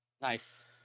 Nice